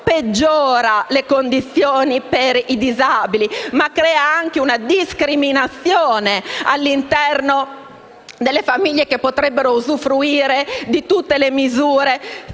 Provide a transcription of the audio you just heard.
peggiora le condizioni per i disabili, ma crea anche una discriminazione all'interno delle famiglie che potrebbero usufruire di tutte le misure